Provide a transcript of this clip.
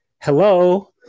hello